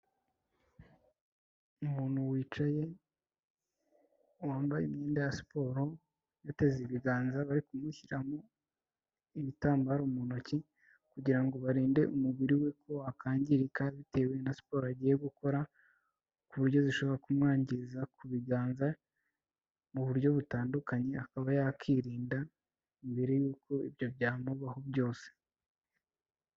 Umuntu wicaye wambaye imyenda ya siporo, yateze ibiganza bari kumushyiramo ibitambaro mu ntoki, kugira ngo barinde umubiri we ko wakangirika bitewe na siporo yagiye gukora, ku buryo zishobora kumwangiza ku biganza mu buryo butandukanye, akaba yakirinda mbere y'uko ibyo byamubaho byose.